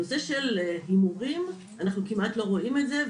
הנושא של הימורים אנחנו כמעט לא רואים את זה,